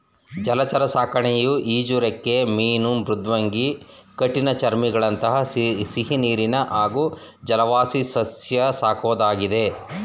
ಜಲಚರ ಸಾಕಣೆಯು ಈಜುರೆಕ್ಕೆ ಮೀನು ಮೃದ್ವಂಗಿ ಕಠಿಣಚರ್ಮಿಗಳಂಥ ಸಿಹಿನೀರಿನ ಹಾಗೂ ಜಲವಾಸಿಸಸ್ಯ ಸಾಕೋದಾಗಿದೆ